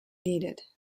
needed